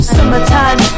Summertime